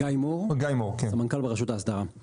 גיא מור, סמנכ"ל ברשות האסדרה.